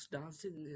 dancing